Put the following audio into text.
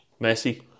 Messi